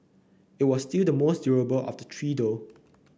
it was still the most durable of the three though